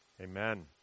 Amen